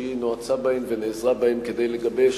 שהיא נועצה בהם ונעזרה בהם כדי לגבש